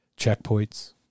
Checkpoints